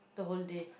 the whole day